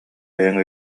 бэйэҥ